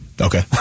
Okay